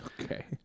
Okay